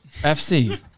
FC